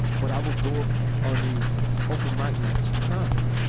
but i would go up on these open mike nights for comedy.